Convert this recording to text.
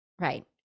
Right